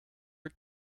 are